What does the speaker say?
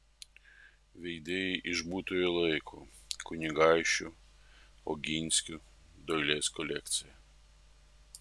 veidai iš būtojo laiko kunigaikščių oginskių dailės kolekcija